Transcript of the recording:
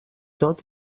tot